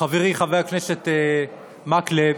חברי חבר הכנסת מקלב,